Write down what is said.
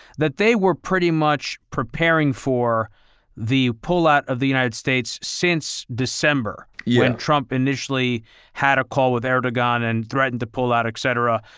that they were pretty much preparing for the pullout of the united states since december when trump initially had a call with erdogan and threatened to pull out, et cetera.